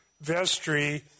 vestry